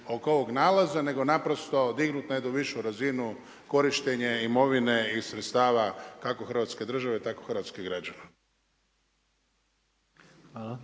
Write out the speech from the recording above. oko ovog nalaza, nego naprosto dignut na jednu višu razinu korištenje imovine i sredstava kako Hrvatske države, tako hrvatskih građana.